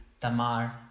Tamar